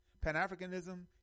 Pan-Africanism